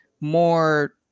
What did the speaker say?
more